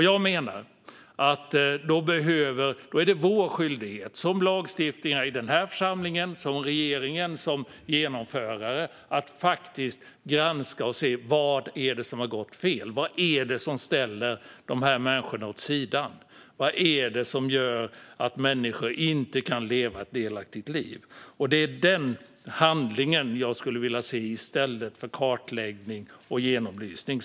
Jag menar att det är vår skyldighet som lagstiftare i denna församling och som regering som genomförare att faktiskt granska och se: Vad är det som har gått fel? Vad är det som ställer dessa människor åt sidan? Vad är det som gör att människor inte kan leva ett delaktigt liv? Det är den handlingen jag skulle vilja se i stället för kartläggning och genomlysning.